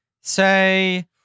say